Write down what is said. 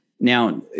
Now